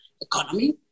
Economy